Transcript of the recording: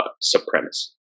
supremacy